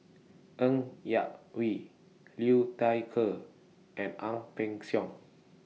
Ng Yak Whee Liu Thai Ker and Ang Peng Siong